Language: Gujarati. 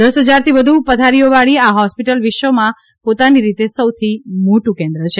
દસ હજારથી વધુ પથારીઓવાળી આ હોસ્પિટલ વિશ્વમાં પોતાની રીતે સૌથી મોટું કેન્દ્ર છે